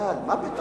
אבל מה פתאום?